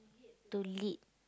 to lead